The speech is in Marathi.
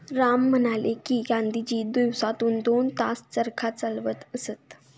राम म्हणाले की, गांधीजी दिवसातून दोन तास चरखा चालवत असत